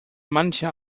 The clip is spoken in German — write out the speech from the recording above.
manche